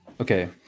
Okay